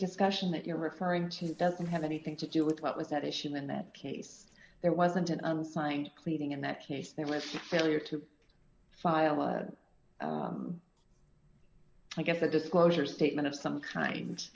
discussion that you're referring to doesn't have anything to do with what was that issue in that case there wasn't an unsigned cleaving in that case there was a failure to file a i guess a disclosure statement of some kind